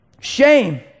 Shame